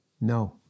No